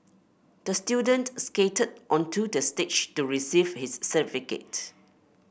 the student skated onto the stage to receive his certificate